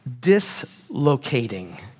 dislocating